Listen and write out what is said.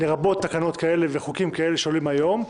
לרבות תקנות כאלה וחוקים כאלה שעולים היום.